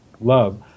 love